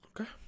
Okay